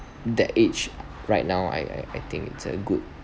that age right now I I I think it's a good